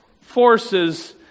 forces